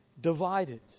divided